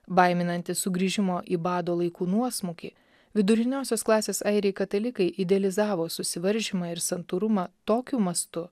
baiminantis sugrįžimo į bado laikų nuosmukį viduriniosios klasės airiai katalikai idealizavo susivaržymą ir santūrumą tokiu mastu